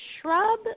shrub